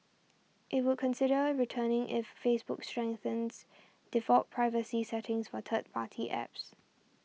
it would consider returning if Facebook strengthens default privacy settings for third party apps